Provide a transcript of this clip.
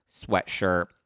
sweatshirt